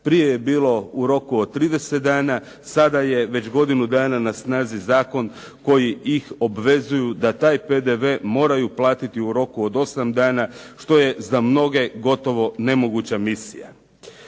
Prije je bilo u roku od 30 dana, sada je već godinu dana na snazi zakon koji ih obvezuje da taj PDV moraju platiti u roku od 8 dana što je za mnoge gotovo nemoguća misija.